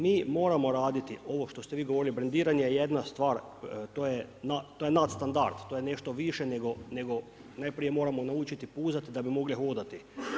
Mi moramo raditi, ovo što ste vi govorili, brendiranje je jedna stvar, to je nad standard, to je nešto više nego, najprije moramo naučiti puzati da bi mogli hodati.